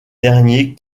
derniers